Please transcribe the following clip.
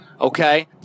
okay